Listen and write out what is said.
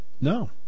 no